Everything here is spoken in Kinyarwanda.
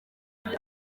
uyu